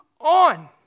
on